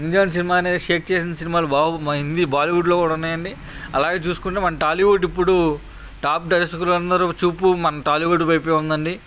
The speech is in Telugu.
ఇండియన్ సినిమాని షేక్ చేసిన సినిమాలు బహు హిందీ బాలీవుడ్లో కూడా ఉన్నాయండి అలాగే చూసుకుంటే మన టాలీవుడ్ ఇప్పుడు టాప్ దర్శకులు అందరు చూపు మన టాలీవుడ్ వైపు ఉందండి